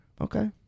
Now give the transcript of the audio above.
Okay